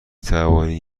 توانی